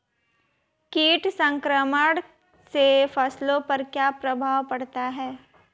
कीट संक्रमण से फसलों पर क्या प्रभाव पड़ता है?